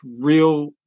real